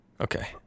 Okay